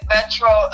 Metro